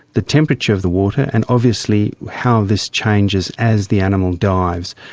the temperature of the water, and obviously how this changes as the animal dives.